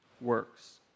works